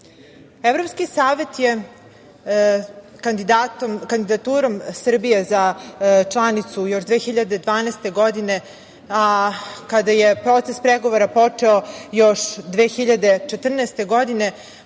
Evrope. Evropski savet je kandidaturom Srbije za članicu još 2012. godine, a kada je proces pregovora počeo još 2014. godine,